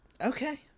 Okay